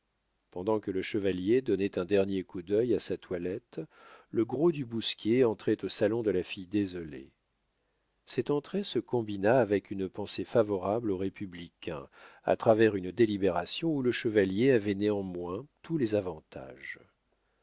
pendant que le chevalier donnait un dernier coup d'œil à sa toilette le gros du bousquier entrait au salon de la fille désolée cette entrée se combina avec une pensée favorable au républicain à travers une délibération où le chevalier avait néanmoins tous les avantages